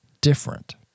different